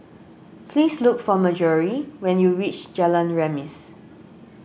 please look for Marjory when you reach Jalan Remis